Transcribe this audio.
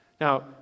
Now